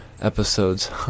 episodes